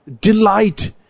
Delight